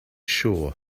sure